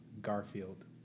Garfield